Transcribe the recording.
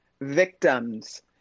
victims